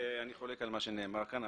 אני חולק על מה שנאמר כאן.